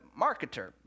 marketer